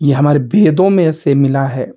यह हमारे वेदों में से मिला है